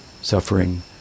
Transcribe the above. suffering